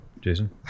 Jason